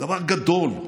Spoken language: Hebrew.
דבר גדול.